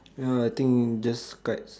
ya I think just kites